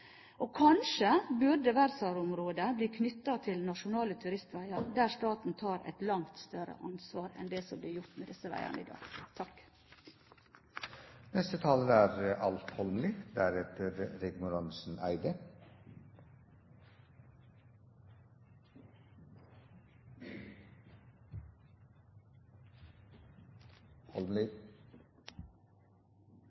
Kanskje burde verdensarvområdet bli knyttet til nasjonale turistveier, der staten tar et langt større ansvar enn det som blir gjort med disse veiene i dag. Det er ei viktig sak interpellanten tek opp. SV er